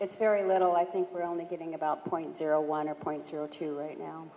it's very little i think we're only getting about two point zero one zero point zero two right now